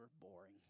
boring